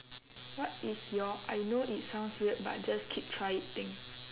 what is your I know it sounds weird but just keep try it thing